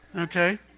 okay